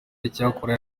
icyakora